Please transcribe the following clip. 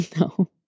No